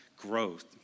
growth